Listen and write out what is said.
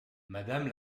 madame